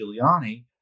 Giuliani